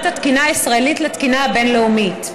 התקינה הישראלית לתקינה הבין-לאומית.